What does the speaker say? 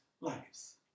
lives